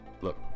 Look